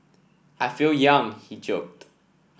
I feel young he joked